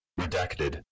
Redacted